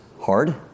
hard